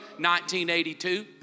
1982